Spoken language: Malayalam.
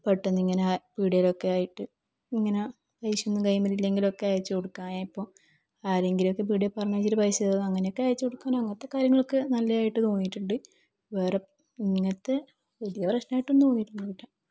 പെട്ടെന്ന് ഇങ്ങനെ പീടികേലൊക്കെ ആയിട്ട് ഇങ്ങനെ പൈസയൊന്നും കൈയിൽമേൽ ഇല്ലെങ്കിൽ ഒക്കെ അയച്ചു കൊടുക്കാം അതിപ്പോൾ ആരെങ്കിലുമൊക്കെ പീടികയിൽ പറഞ്ഞായിച്ചിട്ട് പൈസ അങ്ങനെയൊക്കെ അയച്ചു കൊടുക്കാം അങ്ങനത്തെ കാര്യങ്ങൾ ഒക്കെ നല്ലത് ആയിട്ട് തോന്നിയിട്ടുണ്ട് വേറെ ഇങ്ങനത്തെ വലിയ പ്രശ്നമായിട്ട് ഒന്നും തോന്നിയിട്ടൊന്നുമില്ല